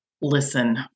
listen